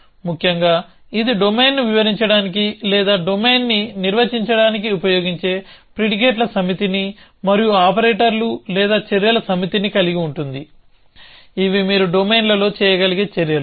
ముఖ్యంగా ఇది డొమైన్ను వివరించడానికి లేదా డొమైన్ను నిర్వచించడానికి ఉపయోగించే ప్రిడికేట్ల సమితిని మరియు ఆపరేటర్లు లేదా చర్యల సమితిని కలిగి ఉంటుంది ఇవి మీరు డొమైన్లో చేయగలిగే చర్యలు